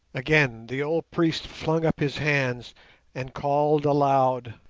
again the old priest flung up his hands and called aloud